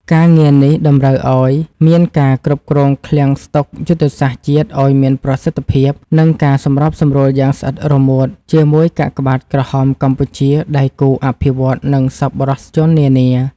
ការងារនេះតម្រូវឱ្យមានការគ្រប់គ្រងឃ្លាំងស្តុកយុទ្ធសាស្ត្រជាតិឱ្យមានប្រសិទ្ធភាព និងការសម្របសម្រួលយ៉ាងស្អិតរមួតជាមួយកាកបាទក្រហមកម្ពុជា ដៃគូអភិវឌ្ឍន៍ និងសប្បុរសជននានា។